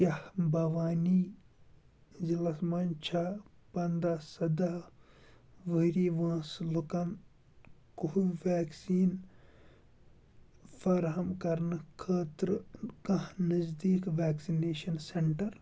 کیٛاہ بَھوانی ضلعس مَنٛز چھا پنٛداہ سداہ وُہُرِی وٲنٛسہِ لُکَن کو ویٚکسیٖن فراہم کرنہٕ خٲطرٕ کانٛہہ نزدیٖک ویٚکسِنیشن سینٹر ؟